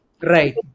Right